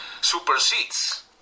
supersedes